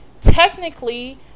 Technically